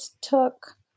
took